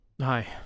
Hi